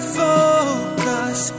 focus